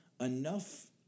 enough